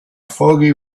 foggy